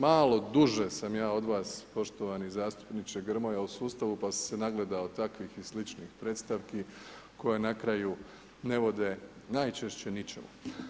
Malo duže sam ja od vas poštovani zastupniče Grmoja u sustavu pa sam se nagledao takvih i sličnih predstavki koje na kraju ne vode najčešće ničemu.